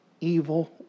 evil